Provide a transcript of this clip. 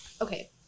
Okay